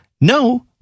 No